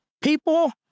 people